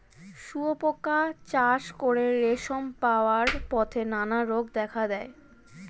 শুঁয়োপোকা চাষ করে রেশম পাওয়ার পথে নানা রোগ দেখা দেয়